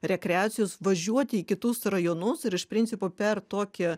rekreacijos važiuoti į kitus rajonus ir iš principo per tokį